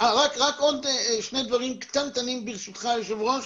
רק עוד שני דברים קטנים ברשותך אדוני היו"ר,